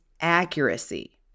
accuracy